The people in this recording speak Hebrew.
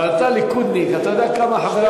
אבל אתה ליכודניק, אתה יודע כמה חברי